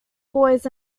boys